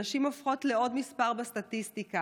הנשים הופכות לעוד מספר בסטטיסטיקה.